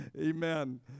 Amen